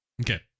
okay